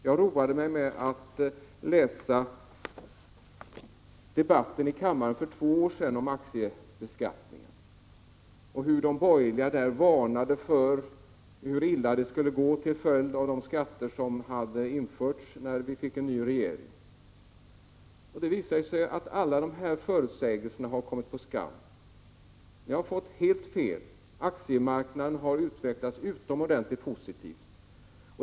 Jag roade mig med att läsa debatten om aktiebeskattningen här i kammaren för två år sedan. De borgerliga varnade då för hur illa det skulle gå till följd av de skatter som hade införts efter det att vi hade fått en ny regering. Det visar sig nu att alla dessa förutsägelser har kommit på skam. Ni hade helt fel. Aktiemarknaden har utvecklats utomordentligt positivt.